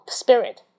spirit